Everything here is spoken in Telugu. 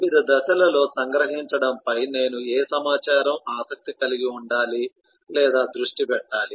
వివిధ దశలలో సంగ్రహించడంపై నేను ఏ సమాచారం ఆసక్తి కలిగి ఉండాలి లేదా దృష్టి పెట్టాలి